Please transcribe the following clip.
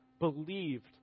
believed